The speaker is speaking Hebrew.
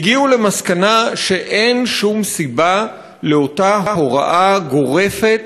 הגיעו למסקנה שאין שום סיבה לאותה הוראה גורפת